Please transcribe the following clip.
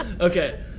Okay